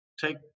take